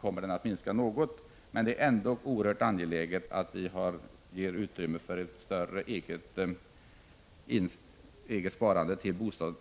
kommer den att minska något, men det är ändå oerhört angeläget att vi ger utrymme för större eget sparande till bostad.